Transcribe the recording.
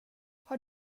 har